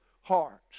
hearts